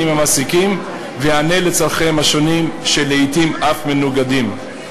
עם המעסיקים ויענה על צורכיהם השונים שלעתים הם אף מנוגדים.